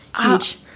huge